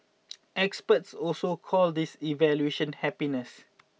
experts also call this evaluative happiness